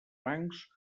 bancs